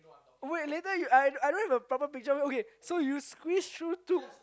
wait later you I I don't have a proper picture okay so you squeeze through two